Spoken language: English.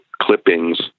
clippings